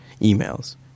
emails